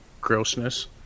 grossness